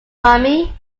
army